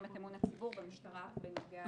את אמון הציבור במשטרה בנוגע למקרים כאלה.